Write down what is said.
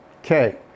Okay